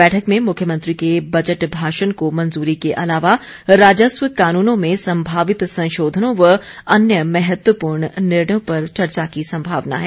बैठक में मुख्यमंत्री के बजट भाषण को मंजूरी के अलावा राजस्व कानूनों में संभावित संशोधनों व अन्य महत्वपूर्ण निर्णयों पर चर्चा की संभावना है